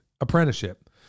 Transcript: apprenticeship